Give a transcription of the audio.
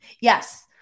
Yes